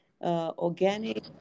organic